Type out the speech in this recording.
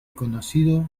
conocido